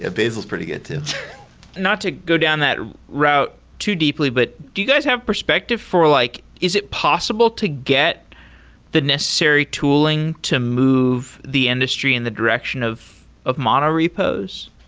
bazel is pretty good too not to go down that route too deeply, but do you guys have perspective for like is it possible to get the necessary tooling to move the industry in the direction of of mono repos?